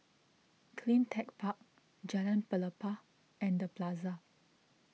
CleanTech Park Jalan Pelepah and the Plaza